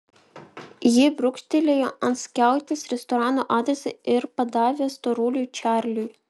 ji brūkštelėjo ant skiautės restorano adresą ir padavė storuliui čarliui